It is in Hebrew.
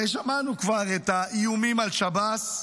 הרי שמענו כבר את האיומים על שב"ס.